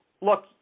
look